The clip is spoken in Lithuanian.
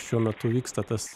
šiuo metu vyksta tas